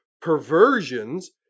perversions